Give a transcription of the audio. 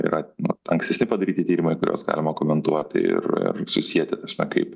yra nu ankstesni padaryti tyrimai kuriuos galima komentuoti ir ir susieti kaip